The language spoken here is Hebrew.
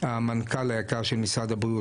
המנכ"ל היקר של משרד הבריאות,